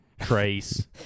trace